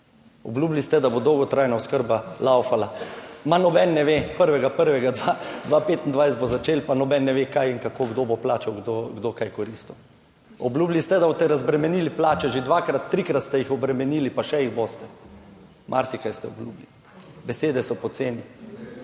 Obljubili ste, da bo dolgotrajna oskrba laufala. Ma nobeden ne ve, 1. 1. 2025 bo začelo pa noben ne ve kaj in kako, kdo bo plačal, kdo bo kaj koristil. Obljubili ste, da boste razbremenili plače že dvakrat, trikrat ste jih obremenili, pa še jih boste. Marsikaj ste obljubili. Besede so poceni,